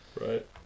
right